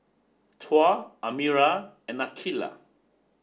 Tuah Amirah and Aqilah